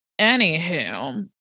anywho